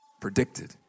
predicted